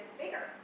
bigger